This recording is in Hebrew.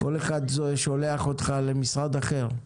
כל אחד שולח אותך למשרד אחר,